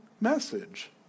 message